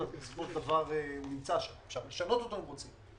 בסופו של דבר הוא נמצא שם ואפשר לשנות אותו אם רוצים.